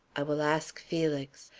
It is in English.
i will ask felix.